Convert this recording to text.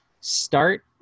start